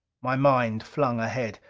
my mind flung ahead.